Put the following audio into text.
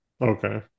Okay